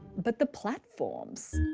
but the platforms?